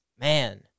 Man